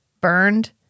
burned